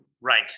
Right